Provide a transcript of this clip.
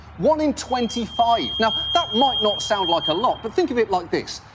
one in twenty five. now that might not sound like a lot but think of it like this.